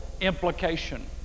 implication